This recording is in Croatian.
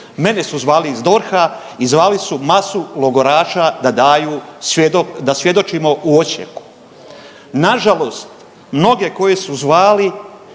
mene su zvali iz DORH-a i zvali su masu logoraša da daju, da svjedočimo u Osijeku. Nažalost mnoge koje su zvali